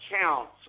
counts